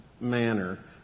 manner